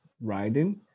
riding